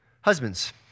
Husbands